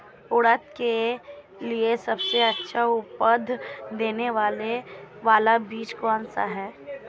उड़द के लिए सबसे अच्छा उपज देने वाला बीज कौनसा है?